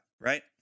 right